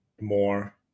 more